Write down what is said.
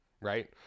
right